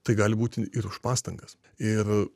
tai gali būti ir už pastangas ir